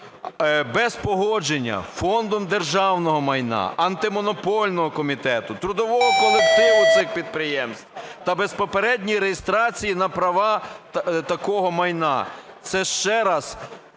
без погодження Фондом державного майна, Антимонопольного комітету, трудового колективу цих підприємств та без попередньої реєстрації на права такого майна. Це ще раз